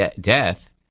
death